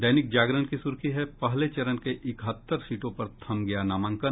दैनिक जागरण की सुर्खी है पहले चरण के इकहत्तर सीटों पर थम गया नामांकन